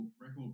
Record